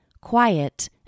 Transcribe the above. quiet